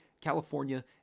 California